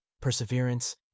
perseverance